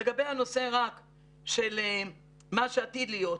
לגבי הנושא של מה שעתיד להיות,